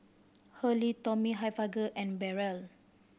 Hurley Tommy Hilfiger and Barrel